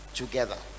together